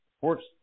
works